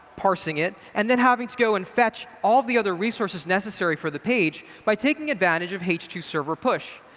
parsing it, and then having to go and fetch all the other resources necessary for the page by taking advantage of h two server push.